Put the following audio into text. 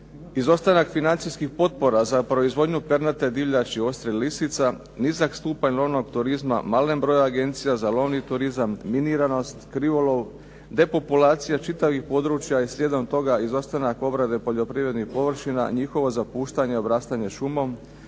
izostanak financijskih potpora za proizvodnju pernate divljači i odstrel lisica, nizak stupanj lovnog turizma, malen broj agencija za lovni turizam, miniranost, krivolov, depopulacija čitavih područja i slijedom toga izostanak obrade poljoprivrednih površina, njihovo zapuštanje i obrastanje šumom,